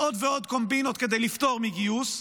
עוד ועוד קומבינות כדי לפטור מגיוס,